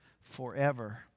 forever